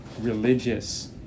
religious